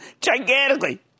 gigantically